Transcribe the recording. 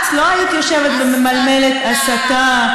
את לא היית יושבת וממלמלת: הסתה,